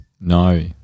No